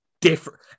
different